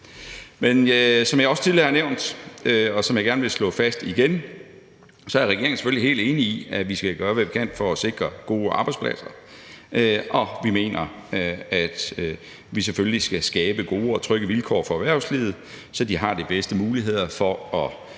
Men som jeg også tidligere har nævnt, og som jeg gerne vil slå fast igen, er regeringen selvfølgelig helt enig i, at vi skal gøre, hvad vi kan for at sikre gode arbejdspladser, og vi mener, at vi selvfølgelig skal skabe gode og trygge vilkår for erhvervslivet, så de har de bedste muligheder for at